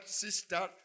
sister